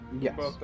Yes